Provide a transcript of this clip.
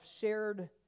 shared